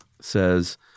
says